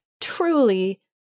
truly